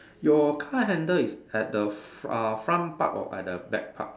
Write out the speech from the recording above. your car handle is at the f~ uh front part or at the back part